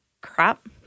crap